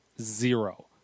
zero